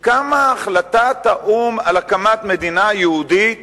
כשקמה החלטת האו"ם על הקמת מדינה יהודית